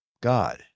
God